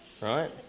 right